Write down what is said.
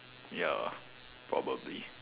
ya probably